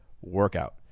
workout